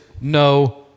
no